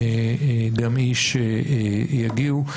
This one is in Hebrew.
שגם הם יגיעו.